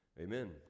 Amen